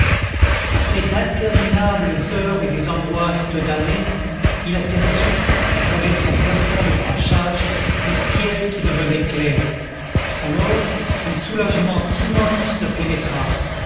après d'interminables heures et des angoisses de damné il aperçut à travers son plafond de branchages le ciel qui devenait clair alors un soulagement immense le pénétra